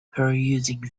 perusing